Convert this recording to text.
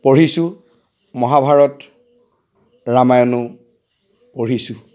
পঢ়িছোঁ মহাভাৰত ৰামায়ণো পঢ়িছোঁ